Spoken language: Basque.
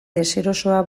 deserosoa